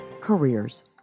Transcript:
careers